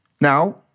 Now